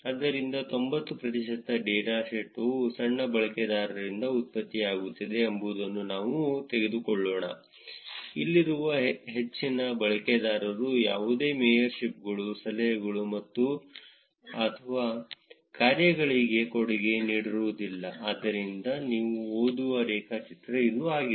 ಆದ್ದರಿಂದ 90 ಪ್ರತಿಶತ ಡೇಟಾವು ಸಣ್ಣ ಬಳಕೆದಾರರಿಂದ ಉತ್ಪತ್ತಿಯಾಗುತ್ತಿದೆ ಎಂಬುದನ್ನು ನಾವು ತೆಗೆದುಕೊಳ್ಳೋಣ ಇಲ್ಲಿರುವ ಹೆಚ್ಚಿನ ಬಳಕೆದಾರರು ಯಾವುದೇ ಮೇಯರ್ಶಿಪ್ಗಳು ಸಲಹೆಗಳು ಅಥವಾ ಕಾರ್ಯಗಳಿಗೆ ಕೊಡುಗೆ ನೀಡುವುದಿಲ್ಲ ಆದ್ದರಿಂದ ನೀವು ಓದುವ ರೇಖಾಚಿತ್ರ ಇದು ಆಗಿದೆ